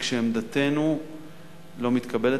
וכשעמדתנו לא מתקבלת,